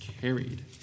carried